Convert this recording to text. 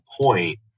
point